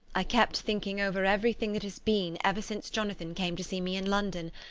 i kept thinking over everything that has been ever since jonathan came to see me in london,